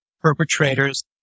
perpetrators